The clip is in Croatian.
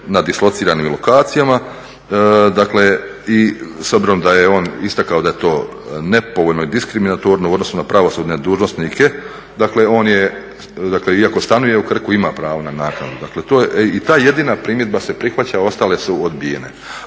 na dislociranim lokacijama. Dakle, i s obzirom da je on istakao da je to nepovoljno i diskriminatorno u odnosu na pravosudne dužnosnike, dakle iako stanuje u Krku ima pravo na naknadu. Ta jedina primjedba se prihvaća, ostale su odbijene.